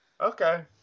Okay